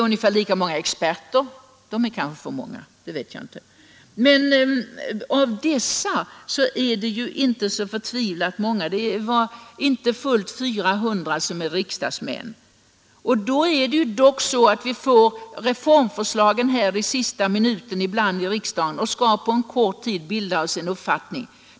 Det är lika många experter — det kanske är för många; det vet jag inte. Men av ledamöterna är inte så förtvivlat många riksdagsmän — inte fullt 400. Det är ju dock så att vi i riksdagen ibland får reformförslagen i sista minuten och på kort tid skall bilda oss en uppfattning.